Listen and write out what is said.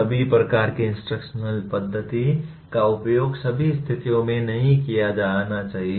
सभी प्रकार की इंस्ट्रक्शनल पद्धति का उपयोग सभी स्थितियों में नहीं किया जाना चाहिए